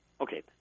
okay